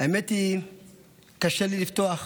האמת היא שקשה לי לפתוח.